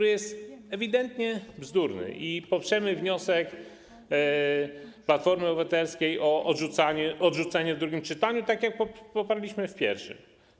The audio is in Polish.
On jest ewidentnie bzdurny i poprzemy wniosek Platformy Obywatelskiej o jego odrzucenie w drugim czytaniu, tak jak to poparliśmy w pierwszym.